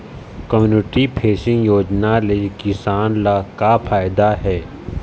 Community fencing योजना ले किसान ल का फायदा हे?